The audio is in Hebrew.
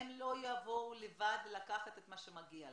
הם לא יבואו לבד לקחת את מה שמגיע להם,